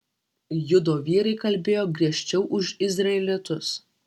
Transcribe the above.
judo vyrai kalbėjo griežčiau už izraelitus